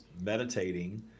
meditating